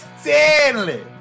stanley